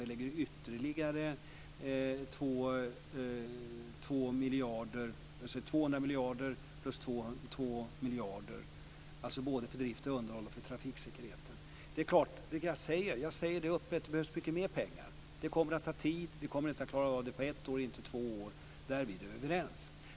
Vi lägger ytterligare 200 miljarder och därtill 2 miljarder, alltså både till drift och underhåll och för trafiksäkerheten. Det jag säger, och jag säger det öppet, är att det är klart att det behövs mycket mer pengar. Det kommer att ta tid. Vi kommer inte att klara av det på ett år, inte på två år. Där är vi nu överens.